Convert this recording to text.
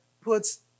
puts